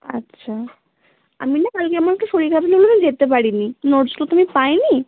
আচ্ছা আমি না কালকে আমার একটু শরীর খারাপ ছিল বলে আমি যেতে পারিনি নোটসগুলো তো আমি পাইনি